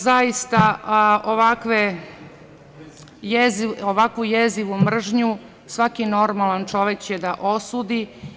Zaista, ovakvu jezivu mržnju svaki normalan čovek će da osudi.